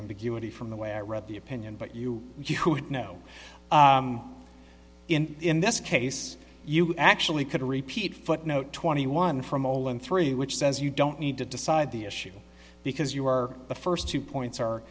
ambiguity from the way i read the opinion but you know in in this case you actually could repeat footnote twenty one from all in three which says you don't need to decide the issue because you are the first two points are